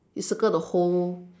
you circle the whole